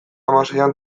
hamaseian